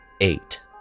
eight